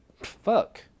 fuck